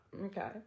Okay